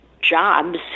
jobs